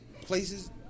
places